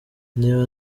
niba